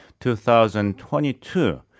2022